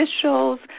officials